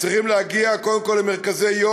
צריכים להגיע קודם כול למרכזי-יום,